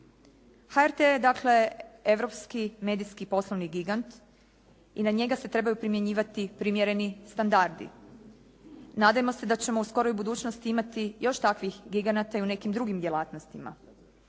dakle europski medijski poslovni gigant i na njega se trebaju primjenjivati primjereni standardi. Nadajmo se da ćemo u skoroj budućnosti imati još takvih giganata i u nekim drugim djelatnostima.